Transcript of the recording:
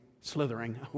slithering